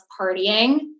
partying